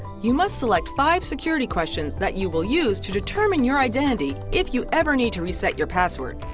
you must select five security questions that you will use to determine your identity if you ever need to reset your password.